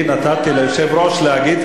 אני נתתי ליושב-ראש להגיד,